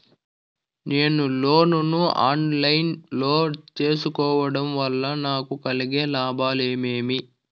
నేను లోను ను online లో సేసుకోవడం వల్ల నాకు కలిగే లాభాలు ఏమేమీ?